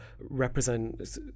represent